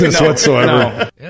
whatsoever